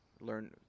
learn